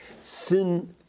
sin